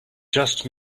just